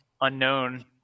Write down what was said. unknown